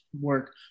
work